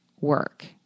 work